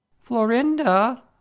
Florinda